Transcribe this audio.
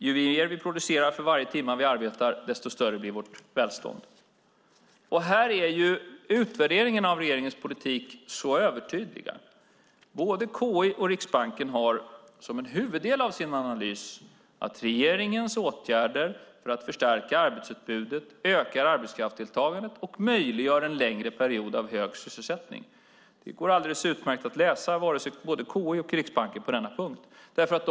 Ju mer vi producerar för varje timme som vi arbetar, desto större blir vårt välstånd. Här är utvärderingarna av regeringens politik så övertydliga. Både KI och Riksbanken har som en huvuddel i sin analys att regeringens åtgärder för att förstärka arbetsutbudet ökar arbetskraftsdeltagandet och möjliggör en längre period av hög sysselsättning. Det går alldeles utmärkt att läsa vad både KI och Riksbanken har skrivit på denna punkt.